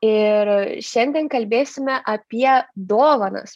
ir šiandien kalbėsime apie dovanas